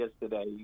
yesterday